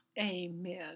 Amen